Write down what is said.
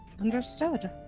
Understood